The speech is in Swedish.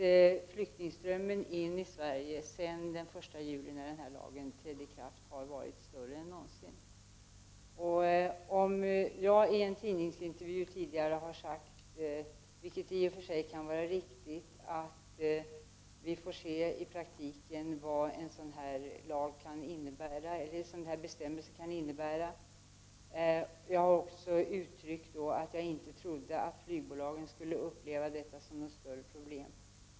Flyktingströmmen till Sverige har varit större än någonsin sedan den 1 juli då lagen trädde i kraft. Även om jag tidigare i en tidningsintervju har sagt — vilket i och för sig kan vara riktigt — att vi får se vad en sådan här bestämmelse kan innebära i praktiken, har jag också uttryckt att jag inte trodde att flygbolagen skulle uppleva detta som något större problem.